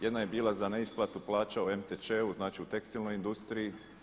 Jedna je bila za neisplatu plaća u MTČ-u, znači u tekstilnoj industriji.